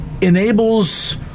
enables